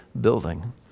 building